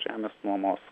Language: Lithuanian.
žemės nuomos